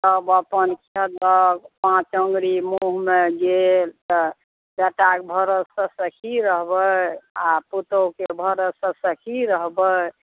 सब अपन खेलक पाँच अङ्गुरी मुँहमे गेल बेटाके भरोसेसए की रहबै आइ पुतौहके भरोसेसए की रहबै